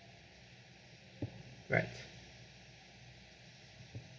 right